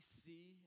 see